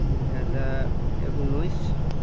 দুহেজাৰ ঊনৈছ